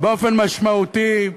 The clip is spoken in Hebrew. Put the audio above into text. "באופן משמעותי".